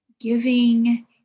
giving